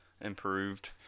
improved